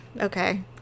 Okay